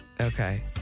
Okay